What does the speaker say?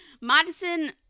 Madison